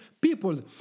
peoples